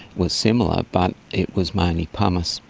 was similar but it was mainly pumice.